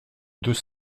deux